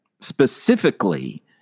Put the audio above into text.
specifically